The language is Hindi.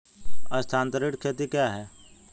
स्थानांतरित खेती क्या है?